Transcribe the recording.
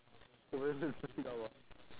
oh then then search it up ah